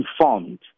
informed